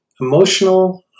Emotional